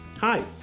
Hi